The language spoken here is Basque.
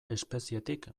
espezietik